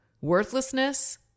worthlessness